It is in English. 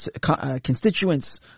constituents